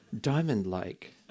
diamond-like